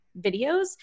videos